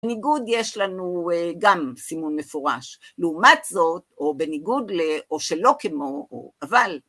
בניגוד יש לנו גם סימון מפורש. לעומת זאת, או בניגוד ל..., או שלא כמו..., אבל...